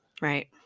right